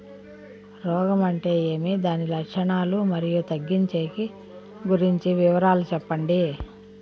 రోగం అంటే ఏమి దాని లక్షణాలు, మరియు తగ్గించేకి గురించి వివరాలు సెప్పండి?